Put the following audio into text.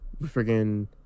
Friggin